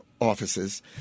offices